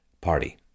Party